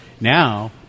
Now